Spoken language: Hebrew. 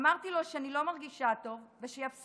אמרתי לו שאני לא מרגישה טוב ושיפסיק,